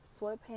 sweatpants